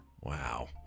wow